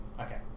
okay